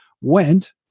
went